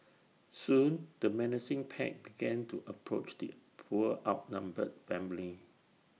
soon the menacing pack began to approach the poor outnumbered family